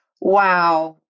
Wow